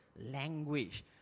language